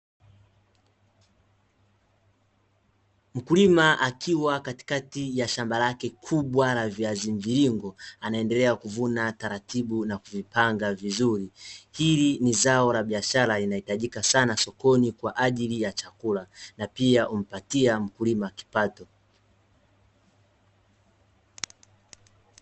Mkulima akiwa katikati ya shamba lake kubwa la viazi mviringo anaendelea kuvuna taratibu na kuvipanga vizuri, hili ni zao la biashara inahitajika sana sokoni kwa ajili ya chakula na pia humpatia mkulima kipato .